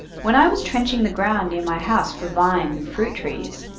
when i was trenching the ground near my house for vines and fruit trees,